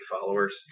followers